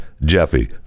Jeffy